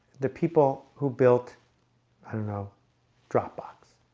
the people who built i don't know dropbox